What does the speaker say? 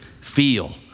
feel